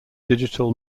digital